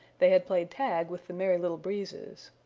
they had played tag with the merry little breezes.